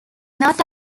not